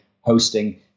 hosting